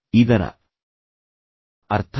ಇದರ ಅರ್ಥವೇನು